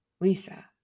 Lisa